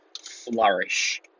flourish